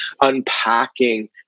unpacking